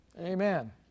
Amen